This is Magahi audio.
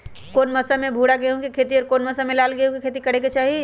कौन मौसम में भूरा गेहूं के खेती और कौन मौसम मे लाल गेंहू के खेती करे के चाहि?